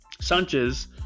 sanchez